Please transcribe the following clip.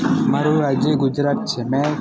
મારું રાજ્ય ગુજરાત છે મેં